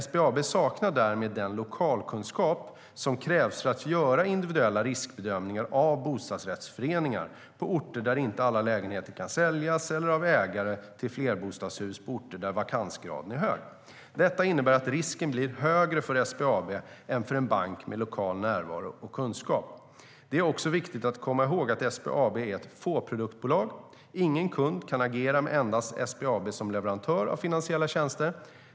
SBAB saknar därmed den lokalkunskap som krävs för att göra individuella riskbedömningar av bostadsrättsföreningar på orter där inte alla lägenheter kan säljas eller av ägare till flerbostadshus på orter där vakansgraden är hög. Detta innebär att risken blir högre för SBAB än för en bank med lokal närvaro och kunskap. Det är också viktigt att komma ihåg att SBAB är ett fåproduktsbolag. Ingen kund kan agera med endast SBAB som leverantör av finansiella tjänster.